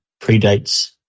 predates